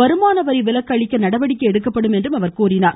வருமான வரி விலக்கு அளிக்க நடவடிக்கை எடுக்கப்படும் என்று தெரிவித்தார்